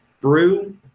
brew